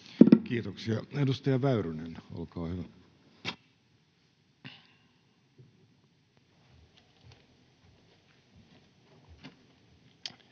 Kiitoksia. — Edustaja Väyrynen, olkaa hyvä. Arvoisa